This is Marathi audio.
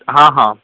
हां हां